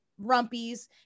rumpies